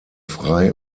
frei